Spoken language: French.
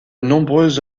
nombreuses